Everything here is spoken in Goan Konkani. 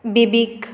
बेबीक